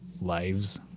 lives